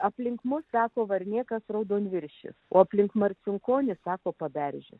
aplink mus teko varniekas raudonviršis o aplink marcinkonis sako paberžės